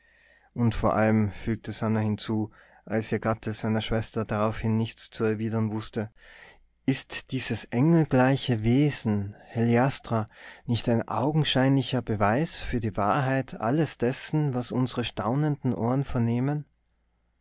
und vor allem fügte sannah hinzu als ihr gatte seiner schwester daraufhin nichts zu erwidern wußte ist dieses engelgleiche wesen heliastra nicht ein augenscheinlicher beweis für die wahrheit alles dessen was unsere staunenden ohren vernehmen